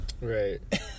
Right